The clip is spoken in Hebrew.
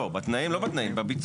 לא, בתנאים, לא בתנאים, בביצוע.